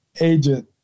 agent